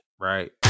right